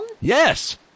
Yes